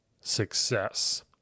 success